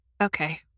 Okay